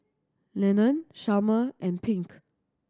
Lennon Chalmer and Pink